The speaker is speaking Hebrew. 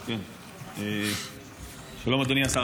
שלום, אדוני השר.